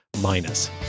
minus